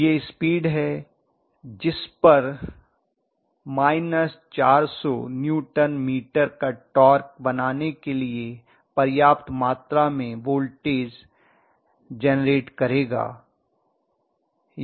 तो यह स्पीड है जिस पर यह 400 न्यूटन मीटर का टॉर्क बनाने के लिए पर्याप्त मात्रा में वोल्टेज जेनरेट करेगा यही इसका मतलब है